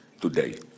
today